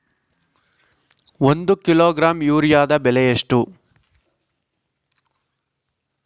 ಒಂದು ಕಿಲೋಗ್ರಾಂ ಯೂರಿಯಾದ ಬೆಲೆ ಎಷ್ಟು?